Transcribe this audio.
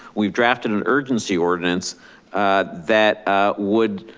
we've drafted an urgency ordinance that would